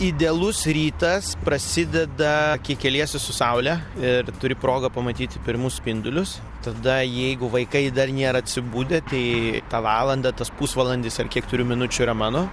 idealus rytas prasideda kai keliesi su saule ir turi progą pamatyti pirmus spindulius tada jeigu vaikai dar nėra atsibudę tai tą valandą tas pusvalandis ar kiek turiu minučių yra mano